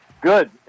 Good